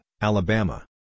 Alabama